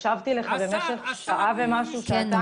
הקשבתי לך במשך שעתיים,